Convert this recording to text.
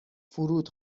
فرود